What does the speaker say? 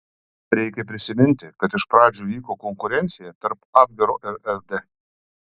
reikia prisiminti kad iš pradžių vyko konkurencija tarp abvero ir sd